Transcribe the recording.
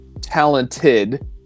talented